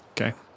Okay